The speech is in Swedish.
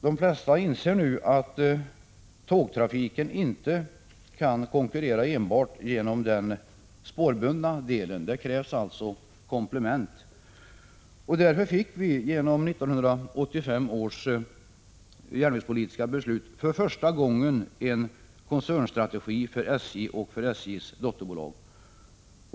De flesta inser nu att tågtrafiken inte kan konkurrera enbart genom den spårbundna delen. Det krävs komplement. Därför fick vi genom 1985 års järnvägspolitiska beslut för första gången en koncernstrategi för SJ och för SJ:s dotterbolag.